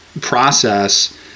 process